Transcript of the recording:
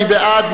מי בעד?